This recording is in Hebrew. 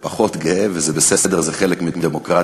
שאני פחות גאה, וזה בסדר, זה חלק מדמוקרטיה,